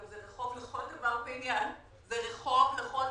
שהוא רחוב לכל דבר ועניין, וראיתי